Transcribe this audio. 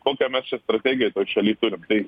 kokią mes čia strategiją toj šaly turim tai